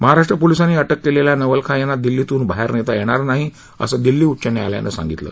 महाराष्ट्र पोलिसांनी अटक केलेल्या नवलाखा यांना दिल्लीतून बाहेर नेता येणार नाही असं दिल्ली उच्च न्यायालयानं सांगितलं